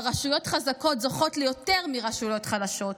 שבה רשויות חזקות זוכות ליותר מרשויות חלשות,